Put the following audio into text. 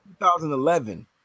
2011